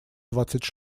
двадцать